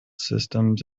systems